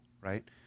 right